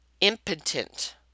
impotent